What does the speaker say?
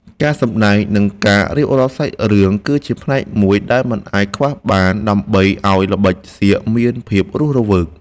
ការសម្តែង និង ការរៀបរាប់សាច់រឿងគឺជាផ្នែកមួយដែលមិនអាចខ្វះបានដើម្បីឱ្យល្បិចសៀកមានភាពរស់រវើក។